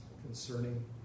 concerning